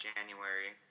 January